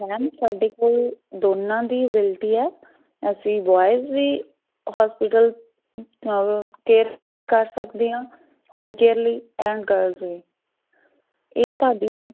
ma'am ਸਾਡੇ ਕੋਲ ਦੋਨਾਂ ਦੀ ਅਵਿਲਟੀ ਹੈ ਅਸੀਂ ਬੋਆਇਜ਼ ਵੀ ਹੋਸਪਿਟਲ ਕੇਅਰ ਕਰ ਸਕਦੇ ਹਾਂ ਹੋਮ ਕੇਅਰ ਲਈ ਐਂਡ ਗਰਲਸ ਵੀ ਇਹ ਤੁਹਾਡੀ